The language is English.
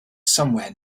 somewhere